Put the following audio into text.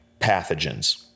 pathogens